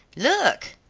look,